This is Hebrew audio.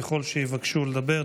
וככל שהם יבקשו לדבר,